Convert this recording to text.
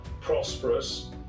prosperous